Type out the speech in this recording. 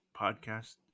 podcast